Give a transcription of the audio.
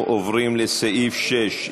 אנחנו עוברים לסעיף 6,